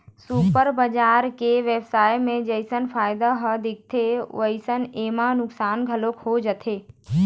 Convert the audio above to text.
super बजार के बेवसाय म जइसे फायदा ह दिखथे वइसने एमा नुकसानी घलोक हो जाथे